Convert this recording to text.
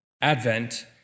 Advent